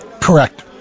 Correct